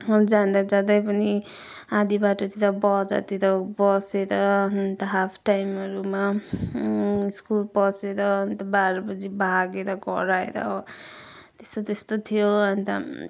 जाँदा जाँदै पनि आध बाटोतिर बजारतिर बसेर अन्त हाफ टाइमहरूमा स्कुल पसेर अन्त बाह्र बजी भागेर घर आएर त्यस्तो त्यस्तो थियो अन्त